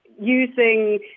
using